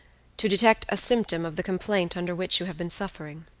to detect a symptom of the complaint under which you have been suffering.